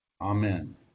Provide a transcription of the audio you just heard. Amen